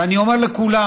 אני אומר לכולם